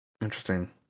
Interesting